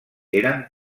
eren